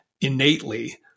innately